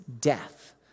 death